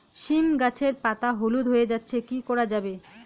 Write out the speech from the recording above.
সীম গাছের পাতা হলুদ হয়ে যাচ্ছে কি করা যাবে?